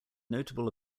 notable